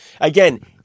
Again